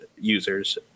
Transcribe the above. users